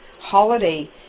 holiday